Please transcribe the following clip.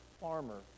farmer